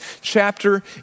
chapter